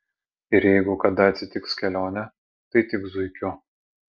ir jeigu kada atsitiks kelionė tai tik zuikiu